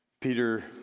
Peter